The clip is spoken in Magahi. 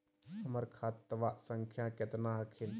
हमर खतवा संख्या केतना हखिन?